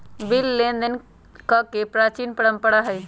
bill लेनदेन कके प्राचीन परंपरा हइ